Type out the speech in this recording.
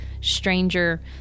stranger